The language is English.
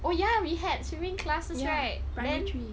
oh ya we had swimming classes right then